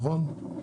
נכון?